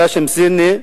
ח'שם-זנה,